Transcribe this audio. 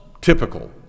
typical